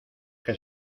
que